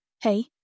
hey